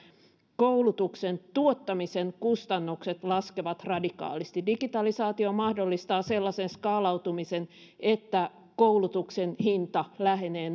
koulutuksen tuottamisen kustannukset laskevat radikaalisti digitalisaatio mahdollistaa sellaisen skaalautumisen että koulutuksen hinta lähenee